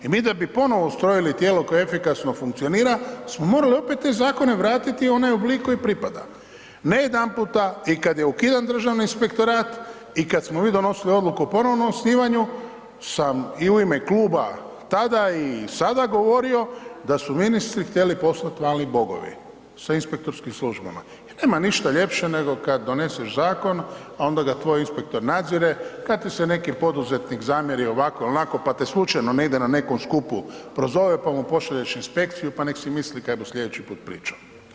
I mi da ponovno ustrojili tijelo koje efikasno funkcionira smo morali opet te zakone vratiti u onaj oblik koji pripada ne jedanputa i kad je ukidan Državni inspektorat i kad smo mi donosili odluku ponovno o osnivanju sam i u ime kluba tada i sada govorio da su ministri htjeli postati mali bogovi sa inspektorskim službama jer nema ništa ljepše nego kad doneseš zakon, onda ga tvoj inspektor nadzire, kad ti se neki poduzetnik zamjeri ovako ili onako pa te slučajno negdje na nekom skupu prozove pa mu pošalješ inspekciju pa nek se misli kaj bu slijedeći put pričao.